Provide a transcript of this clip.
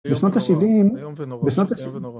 ‫בשנות ה-70... ‫-איום ונורא, איום ונורא.